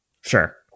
Sure